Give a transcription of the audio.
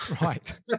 Right